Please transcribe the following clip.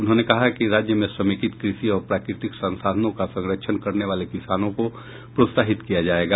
उन्होंने कहा कि राज्य में समेकित कृषि और प्राकृतिक संसाधनों का संरक्षण करने वाले किसानों को प्रोत्साहित किया जायेगा